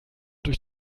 durch